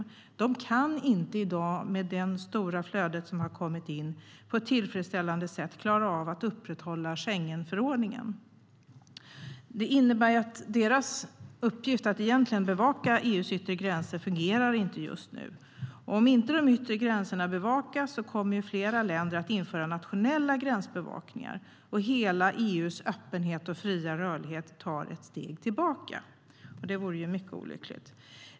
Grekland och Italien kan inte i dag, med det stora flöde som kommit till dessa länder, på ett tillfredsställande sätt klara av att upprätthålla Schengenförordningen. Det innebär att deras uppgift att bevaka EU:s yttre gränser inte fungerar för närvarande. Om de yttre gränserna inte bevakas kommer flera länder att införa nationella gränsbevakningar, och hela EU:s öppenhet och fria rörlighet tar ett steg tillbaka. Det vore mycket olyckligt.